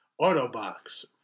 Autobox